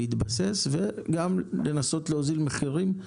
להתבסס וגם לנסות להוזיל מחירים,